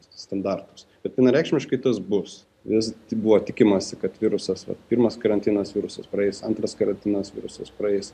standartus kad vienareikšmiškai tas bus vis tai buvo tikimasi kad virusas pirmas karantinas virusas praeis antras karantinas virusas praeis